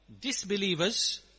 disbelievers